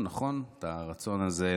הרצון הזה להראות,